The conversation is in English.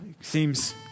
seems